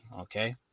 Okay